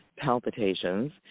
palpitations